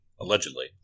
Allegedly